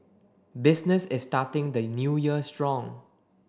business is starting the new year strong